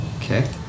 Okay